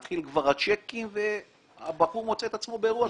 יש את הצ'קים והבחור מוצא את עצמו באירוע.